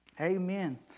Amen